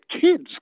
kids